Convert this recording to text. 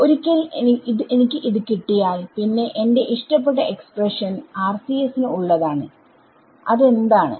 ഒരിക്കൽ എനിക്ക് ഇത് കിട്ടിയാൽ പിന്നെ എന്റെ ഇഷ്ടപ്പെട്ട എക്സ്പ്രഷൻ RCS ന് ഉള്ളതാണ് അതെന്താണ് o